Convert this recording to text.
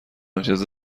امتیاز